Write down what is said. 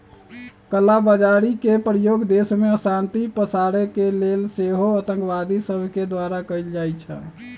कला बजारी के प्रयोग देश में अशांति पसारे के लेल सेहो आतंकवादि सभके द्वारा कएल जाइ छइ